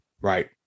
right